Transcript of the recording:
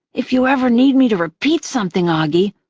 if you ever need me to repeat something, auggie,